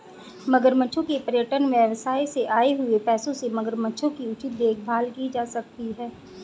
मगरमच्छों के पर्यटन व्यवसाय से आए हुए पैसों से मगरमच्छों की उचित देखभाल की जा सकती है